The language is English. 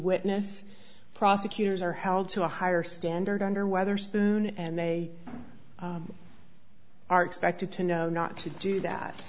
witness prosecutors are held to a higher standard under wetherspoon and they are expected to know not to do that